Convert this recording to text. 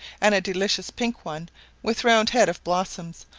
and a delicate pink one with round head of blossoms,